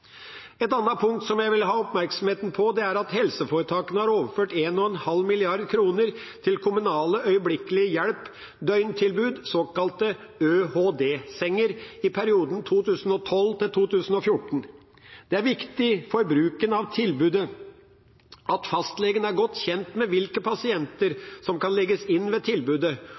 Et annet punkt som jeg vil ha oppmerksomhet på, er at helseforetakene har overført 1,5 mrd. kr til kommunale øyeblikkelig hjelp døgntilbud, såkalte ØHD-senger, i perioden 2012–2014. Det er viktig for bruken av tilbudet at fastlegen er godt kjent med hvilke pasienter som kan legges inn ved tilbudet,